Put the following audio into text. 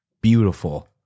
beautiful